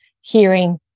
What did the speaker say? hearing